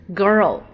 girl